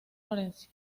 florencia